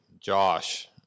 Josh